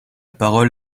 parole